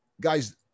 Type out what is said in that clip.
guys